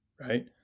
right